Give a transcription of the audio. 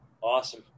Awesome